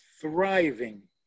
thriving